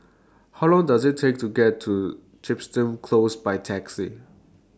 How Long Does IT Take to get to Chepstow Close By Taxi